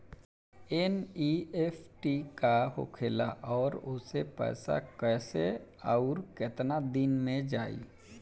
NEFT का होखेला और ओसे पैसा कैसे आउर केतना दिन मे जायी?